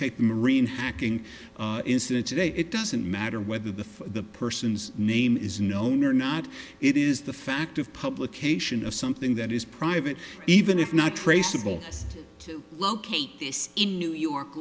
circuit marine hacking incident today it doesn't matter whether the the person's name is known or not it is the fact of publication of something that is private even if not traceable to locate this in new york